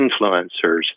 influencers